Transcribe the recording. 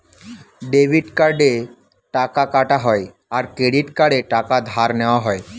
debit কার্ডে টাকা কাটা হয় আর ক্রেডিট কার্ডে টাকা ধার নেওয়া হয়